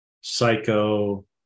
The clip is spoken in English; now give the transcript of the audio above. psycho